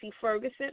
Ferguson